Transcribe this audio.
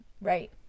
Right